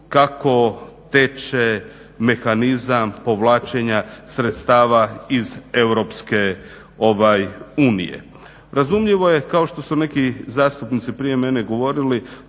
kako teče mehanizam povlačenja sredstava iz EU. Razumljivo je kao što su neki zastupnici prije mene govorili